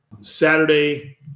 Saturday